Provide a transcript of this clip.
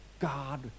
God